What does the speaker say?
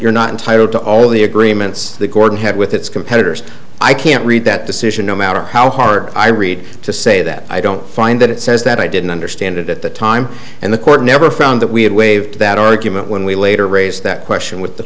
you're not entitled to all the agreements the gordon had with its competitors i can't read that decision no matter how hard i read to say that i don't find that it says that i didn't understand it at the time and the court never found that we had waived that argument when we later raised that question with the